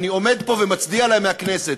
אני עומד פה ומצדיע להן מהכנסת,